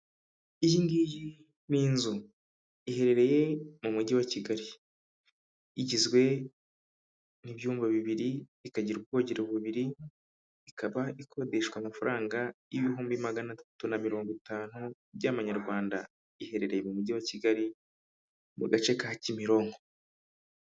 Iyi ngiyi ni inzu iherereye mu mujyi wa Kigali, igizwe n'ibyumba bibiri ikagira ubwogero bubiri ikaba ikodeshwa amafaranga ibihumbi magana atatu na mirongo itanu by'amanyarwanda, iherereye mu mujyi wa Kigali mu gace ka kimironko.